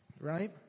right